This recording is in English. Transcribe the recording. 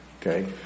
okay